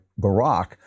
Barack